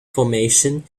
formation